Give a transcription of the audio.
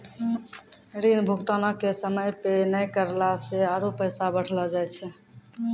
ऋण भुगतानो के समय पे नै करला से आरु पैसा बढ़लो जाय छै